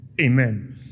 amen